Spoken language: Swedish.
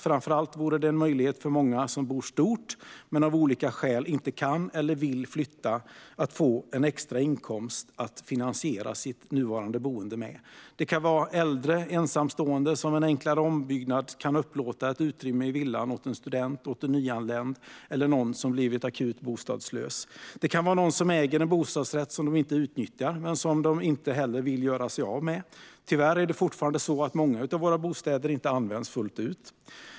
Framför allt vore det en möjlighet för många som bor stort men av olika skäl inte kan eller vill flytta att få en extra inkomst att finansiera sitt nuvarande boende med. Det kan vara äldre ensamstående som med en enklare ombyggnad kan upplåta ett utrymme i villan åt en student, en nyanländ eller någon som blivit akut bostadslös. Det kan vara någon som äger en bostadsrätt som man inte utnyttjar men som man inte vill göra sig av med. Tyvärr är det fortfarande så att många av våra bostäder inte används fullt ut.